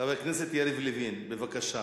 חבר הכנסת יריב לוין, בבקשה.